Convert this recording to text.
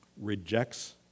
rejects